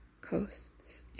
coasts